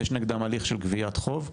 יש נגדם הליך של גביית חוב?